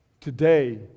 Today